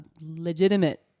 legitimate